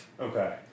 Okay